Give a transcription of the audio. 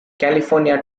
california